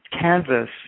canvas